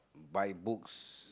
buy books